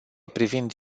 privind